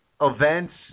events